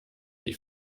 die